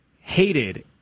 hated